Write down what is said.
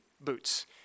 boots